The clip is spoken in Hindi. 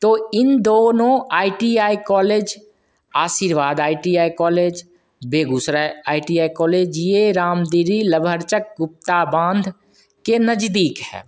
तो इन दोनों I T I college Ashirwad I T I college Begusarai I T I ये रामधिरी लभर चक्र गुप्ता बाँध के नजदीक है